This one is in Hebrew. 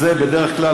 בדרך כלל,